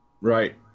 Right